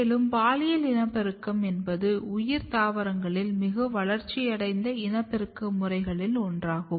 மேலும் பாலியல் இனப்பெருக்கம் என்பது உயர் தாவரங்களில் மிகவும் வளர்ச்சியடைந்த இனப்பெருக்க முறைகளில் ஒன்றாகும்